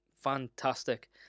fantastic